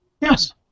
Yes